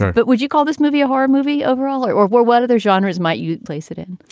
but would you call this movie a horror movie overall or or were one of their genres? might you place it in?